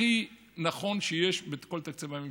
הכי נכון, שיש בכל תקציבי הממשלה.